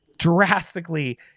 drastically